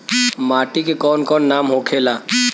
माटी के कौन कौन नाम होखे ला?